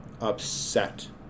upset